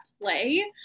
play